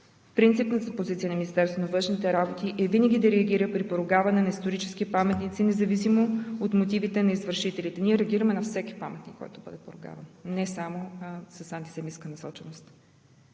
на външните работи е винаги да реагира при поругаване на исторически паметници, независимо от мотивите на извършителите. Ние реагираме на всеки паметник, който бъде поруган, не само с антисемитска насоченост.